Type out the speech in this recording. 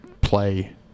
play